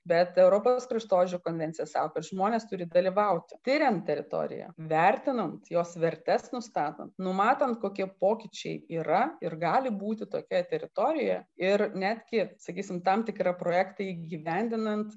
bet europos kraštovaizdžio konvencija sako kad žmonės turi dalyvauti tiriant teritoriją vertinant jos vertes nustatant numatant kokie pokyčiai yra ir gali būti tokia teritorija ir netgi sakysim tam tikrą projektą įgyvendinant